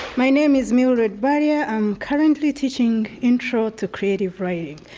my name is mildred barya, i'm currently teaching intro to creative writing.